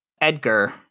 edgar